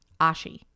Ashi